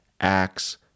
acts